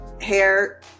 hair